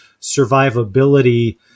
survivability